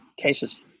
cases